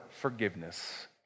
forgiveness